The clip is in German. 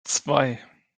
zwei